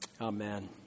Amen